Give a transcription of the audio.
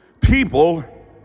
people